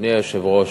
אדוני היושב-ראש,